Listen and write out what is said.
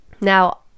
Now